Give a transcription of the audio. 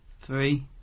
Three